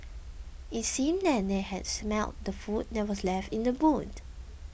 it seemed that they had smelt the food that were left in the boot